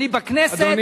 אני בכנסת,